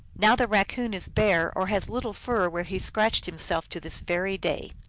now the raccoon is bare or has little fur where he scratched himself, to this very day.